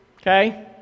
Okay